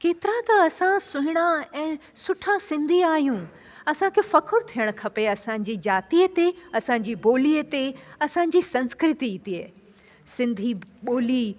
केतिरा त असां सुहिणा ऐं सुठा सिंधी आहियूं असांखे फ़खुरु थियणु खपे असांजी जातीअ ते असांजी ॿोलीअ ते असांजी संस्कृतीअ ते सिंधी ॿोली